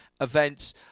events